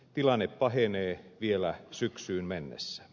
tilanne pahenee vielä syksyyn mennessä